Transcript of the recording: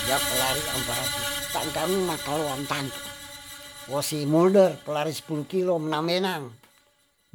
Yap lari ampa ratus tan kami makaloan tantu wo si mulder pelari spulu kilo mnamenang